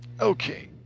Okay